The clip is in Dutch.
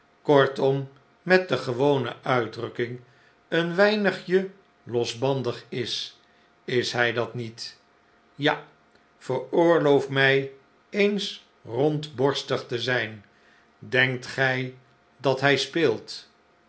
kortom met de gewone uitdrukking een weinigje losbandig is is hij dat niet ja yeroorloof mij eens rondborstig te zijn denkt gij dat hij speelt